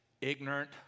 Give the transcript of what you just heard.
ignorant